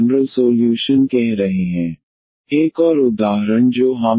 लेकिन अब यह एक विशेष सोल्यूशन है परवलय यह एक निश्चित पेराबोला है